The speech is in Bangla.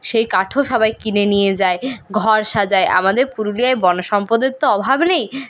সেই কাঠও সবাই কিনে নিয়ে যায় ঘর সাজায় আমাদের পুরুলিয়ায় বন সম্পদের তো অভাব নেই